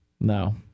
No